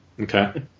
Okay